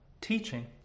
teaching